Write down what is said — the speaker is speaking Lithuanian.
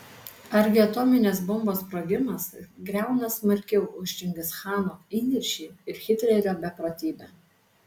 argi atominės bombos sprogimas griauna smarkiau už čingischano įniršį ir hitlerio beprotybę